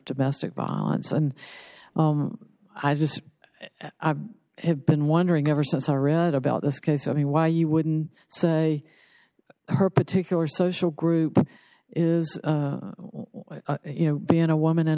domestic violence and i just have been wondering ever since i read about this case i mean why you wouldn't say her particular social group is you know being a woman